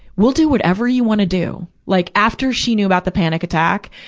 we'll do whatever you wanna do. like, after she knew about the panic attack,